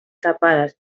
tapades